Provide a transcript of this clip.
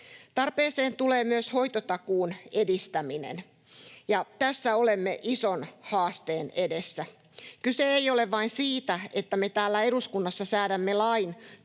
Tarpeeseen tulee myös hoitotakuun edistäminen, ja tässä olemme ison haasteen edessä. Kyse ei ole vain siitä, että me täällä eduskunnassa säädämme lain